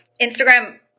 Instagram